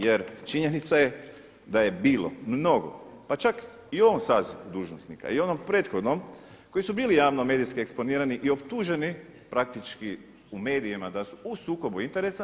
Jer činjenica je da je bilo mnogo, pa čak i u ovom sazivu dužnosnika i u onom prethodnom koji su bili javno medijski eksponirani i optuženi praktički u medijima da su u sukobu interesa.